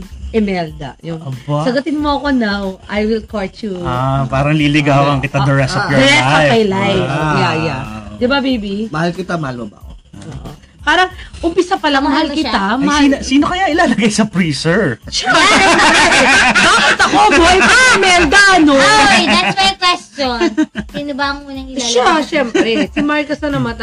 Imelda, yung, Aba. sagutin mo ako now, I will court you. Ah, parang liligawan Ah, kita the rest ah, of your the rest of my life. life. Wow. Yeah, yeah. Di ba, baby? Mahal kita, mahal mo ba ako? Oo. Parang umpisa pa lang, Mahal mahal mo siya? kita, Ay, mahal- sino- sino kaya ilalagay sa freezer? Siya, syempre. Bakit ako, boy? Ah, Imelda, ano? Oy, that's my question. Sino ba ang unang Siya, ilalagay? syempre. Si Marcos na namatay.